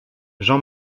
jean